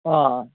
ꯑꯥ ꯑꯥ